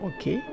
Okay